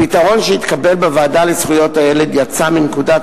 הפתרון שהתקבל בוועדה לזכויות הילד יצא מנקודת